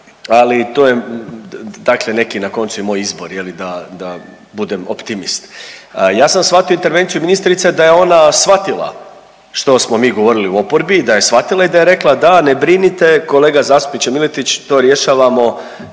ali to je dakle na koncu i moj izbor je li da, da budem optimist. Ja sam shvatio intervenciju ministrice da je ona shvatili što smo mi govorili u oporbi, da je shvatila i da je rekla da ne brinite kolega zastupniče Miletić to rješavamo